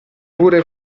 pure